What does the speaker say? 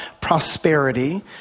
prosperity